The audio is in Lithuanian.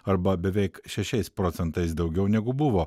arba beveik šešiais procentais daugiau negu buvo